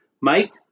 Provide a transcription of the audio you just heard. Mike